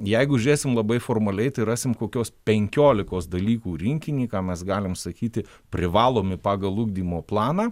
jeigu žiūrėsim labai formaliai tai rasim kokios penkiolikos dalykų rinkinį ką mes galim sakyti privalomi pagal ugdymo planą